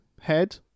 head